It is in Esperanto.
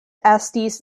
estis